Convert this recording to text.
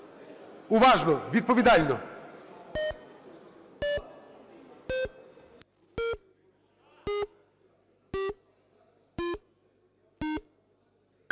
Уважно, відповідально.